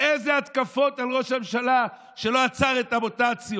אילו התקפות על ראש הממשלה, שלא עצר את המוטציות.